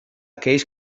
aquells